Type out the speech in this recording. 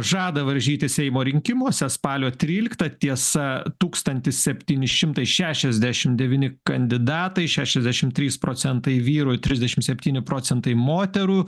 žada varžytis seimo rinkimuose spalio tryliktą tiesa tūkstantis septyni šimtai šešiasdešimt devyni kandidatai šešiasdešimt trys procentai vyrų trisdešimt septyni procentai moterų